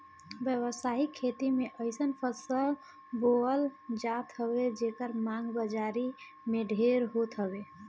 व्यावसायिक खेती में अइसन फसल बोअल जात हवे जेकर मांग बाजारी में ढेर होत हवे